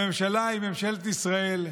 הממשלה היא ממשלת ישראל,